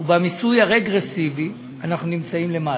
ובמיסוי הרגרסיבי אנחנו נמצאים למעלה.